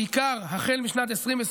בעיקר החל משנת 2025,